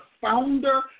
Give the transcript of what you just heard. founder